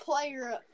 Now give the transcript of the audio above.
player